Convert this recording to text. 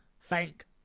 Thank